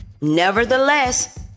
Nevertheless